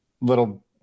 little